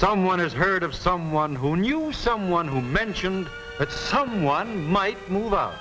someone has heard of someone who knew someone who mentioned that someone might move